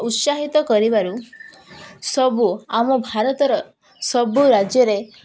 ଉତ୍ସାହିତ କରିବାରୁ ସବୁ ଆମ ଭାରତର ସବୁ ରାଜ୍ୟରେ